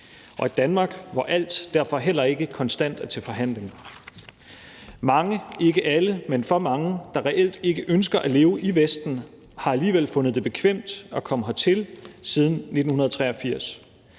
og et Danmark, hvor alt derfor heller ikke konstant er til forhandling. Ikke alle, men for mange, der reelt ikke ønsker at leve i Vesten, har alligevel fundet det bekvemt at komme hertil siden 1983.